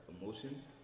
emotion